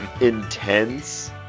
intense